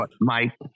Mike